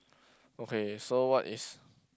okay so what is